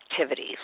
activities